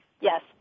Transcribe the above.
Yes